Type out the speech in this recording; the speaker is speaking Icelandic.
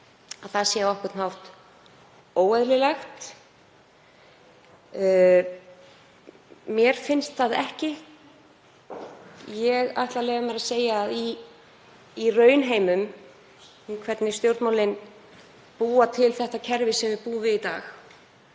það sé á einhvern hátt óeðlilegt. Mér finnst það ekki og ég ætla að leyfa mér að segja að í raunheimum, miðað við hvernig stjórnmálin búa til þetta kerfi sem við búum við í dag,